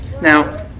Now